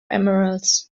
emeralds